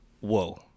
whoa